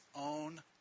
own